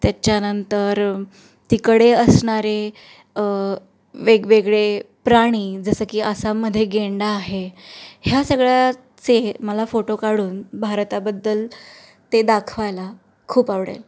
त्याच्यानंतर तिकडे असणारे वेगवेगळे प्राणी जसं की आसाममध्ये गेंडा आहे ह्या सगळ्याचे मला फोटो काढून भारताबद्दल ते दाखवायला खूप आवडेल